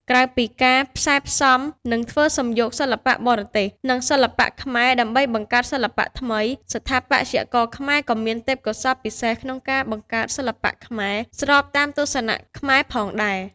ក្រៅពីការផ្សែផ្សំ និងធ្វើសំយោគសិល្បៈបរទេស និងសិល្បៈខ្មែរដើម្បីបង្កើតសិល្បៈថ្មី ស្ថាបត្យករខ្មែរក៏មានទេពកោសល្យពិសេសក្នុងការបង្កើតសិល្បៈខ្មែរស្របតាមទស្សនៈខ្មែរផងដែរ។